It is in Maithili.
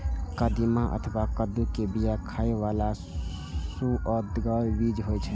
कदीमा अथवा कद्दू के बिया खाइ बला सुअदगर बीज होइ छै